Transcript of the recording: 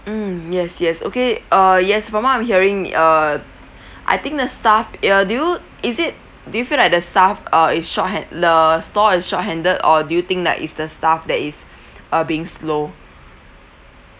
mm yes yes okay uh yes from what I'm hearing err I think the staff uh do you is it do you feel like the staff uh is short han~ the store is short handed or do you think like is the staff that is uh being slow